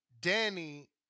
Danny